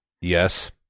Yes